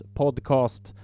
podcast